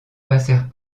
passèrent